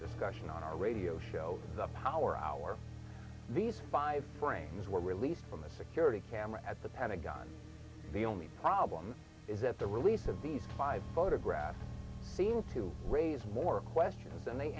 discussion on our radio show the power hour these five frames were released from a security camera at the pentagon the only problem is that the release of these five photographs seem to raise more questions than they